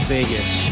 Vegas